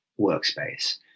workspace